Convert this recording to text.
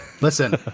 listen